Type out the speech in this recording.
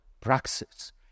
praxis